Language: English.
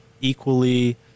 equally